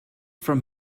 from